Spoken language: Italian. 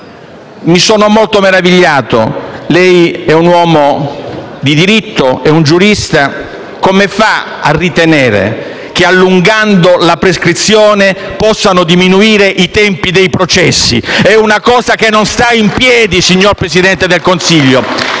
Mi sono molto meravigliato. Lei è un uomo di diritto, è un giurista. Come fa a ritenere che, allungando la prescrizione, possano diminuire i tempi dei processi? Signor Presidente del Consiglio,